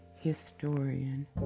historian